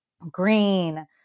green